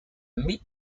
mid